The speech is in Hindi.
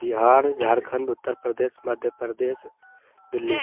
बिहार झारखंड उत्तर प्रदेश मध्य प्रदेश दिल्ली